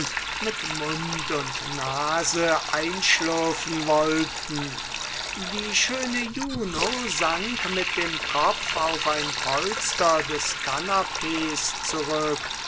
mit mund und nase einschlürfen wollten die schöne juno sank mit dem kopf auf ein polster des kanapees zurück